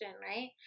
right